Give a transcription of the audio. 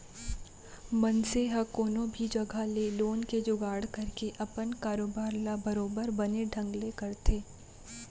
मनसे ह कोनो भी जघा ले लोन के जुगाड़ करके अपन कारोबार ल बरोबर बने ढंग ले करथे